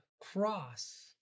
cross